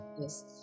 yes